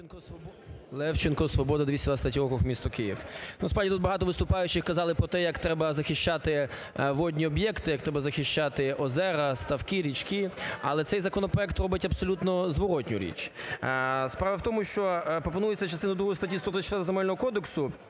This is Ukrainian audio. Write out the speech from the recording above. Левченко, "Свобода", 223-й округ, місто Київ. Справді, тут багато виступаючих казали про те, як треба захищати водні об'єкти, як треба захищати озера, ставки, річки. Але цей законопроект робить абсолютно зворотну річ. Справа в тому, що пропонується частину другу статті 124